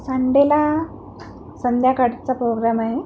संडेला संध्याकाळचा प्रोग्रॅम आहे